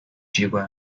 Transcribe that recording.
机关